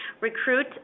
Recruit